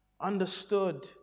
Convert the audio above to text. understood